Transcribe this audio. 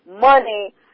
money